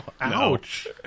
Ouch